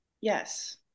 Yes